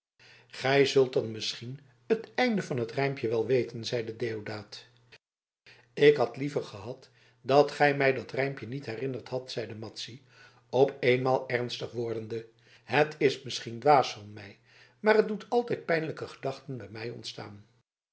gij zult dan misschien het einde van het rijmpje wel weten zeide deodaat ik had liever gehad dat gij mij dat rijmpje niet herinnerd hadt zeide madzy op eenmaal ernstig wordende het is misschien dwaas van mij maar het doet altijd pijnlijke gedachten bij mij ontstaan